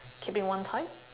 keeping one type